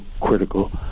critical